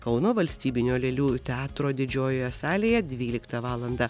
kauno valstybinio lėlių teatro didžiojoje salėje dvyliktą valandą